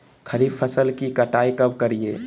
खरीफ फसल की कटाई कब करिये?